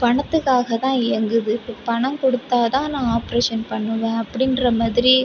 பணத்துக்காக தான் இயங்குது இப்போ பணம் கொடுத்தா தான் நான் ஆப்ரேஷன் பண்ணுவேன் அப்படின்ற மாதிரி